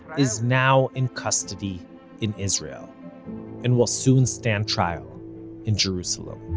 is now in custody in israel and will soon stand trial in jerusalem.